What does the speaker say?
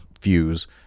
fuse